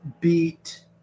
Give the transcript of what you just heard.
beat